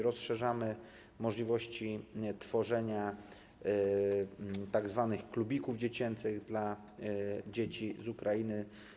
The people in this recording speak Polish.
Rozszerzamy możliwości tworzenia tzw. klubików dziecięcych dla dzieci z Ukrainy.